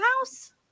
house